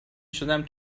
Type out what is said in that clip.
شدم